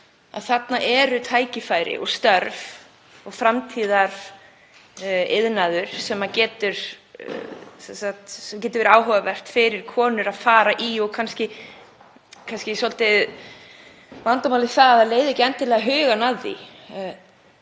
þarna eru tækifæri og störf og framtíðariðnaður sem getur verið áhugavert fyrir þær að fara í. Kannski er vandamálið svolítið það að leiða ekki endilega hugann að því.